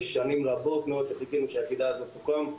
שנים רבות מאוד שחיכינו שהיחידה הזו תוקם,